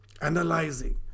analyzing